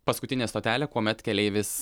paskutinė stotelė kuomet keleivis